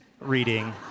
reading